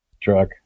Truck